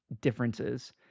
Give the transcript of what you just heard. differences